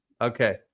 Okay